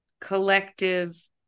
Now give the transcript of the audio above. collective